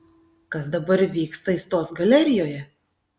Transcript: kas dabar vyksta aistos galerijoje